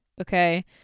Okay